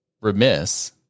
remiss